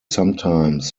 sometimes